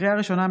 לקריאה ראשונה,